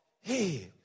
Hey